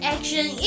Action